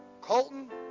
Colton